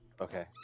Okay